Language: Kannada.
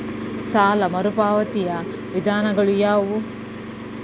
ಸಾಲ ಮರುಪಾವತಿಯ ವಿಧಾನಗಳು ಯಾವುವು?